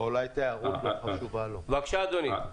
בבקשה, אדוני.